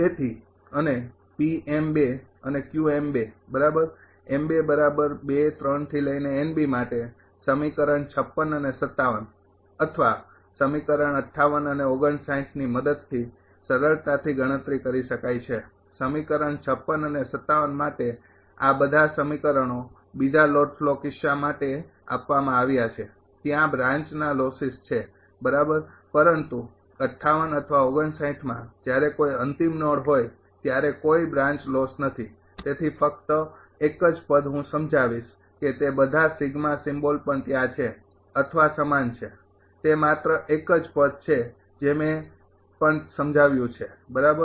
તેથી અને અને માટે સમીકરણ ૫૬ અને ૫૭ અથવા સમીકરણ ૫૮ અને ૫૯ ની મદદથી સરળતાથી ગણતરી કરી શકાય છે સમીકરણ ૫૬ અને ૫૭ માટે આ બધા આ સમીકરણો બીજા લોડ ફ્લો કિસ્સા માટે આપવામાં આવ્યા છે ત્યાં બ્રાન્ચના લોસિસ છે બરાબર પરંતુ ૫૮ અથવા ૫૯ માં જ્યારે કોઈ અંતિમ નોડ હોય ત્યારે કોઈ બ્રાંચ લોસ નથી તેથી ફક્ત એક જ પદ હું સમજાવીશ કે તે બધા સિગ્મા સિમ્બોલ પણ ત્યાં છે અથવા સમાન છે તે માત્ર એક જ પદ છે જે મેં પણ સમજાવ્યું છે બરાબર